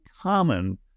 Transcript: common